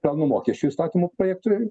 pelno mokesčio įstatymo projektai